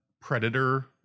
predator